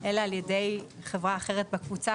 אלא על ידי חברה אחרת בקבוצה.